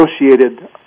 associated